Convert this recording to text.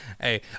Hey